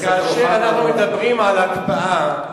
כאשר אנחנו מדברים על הקפאה,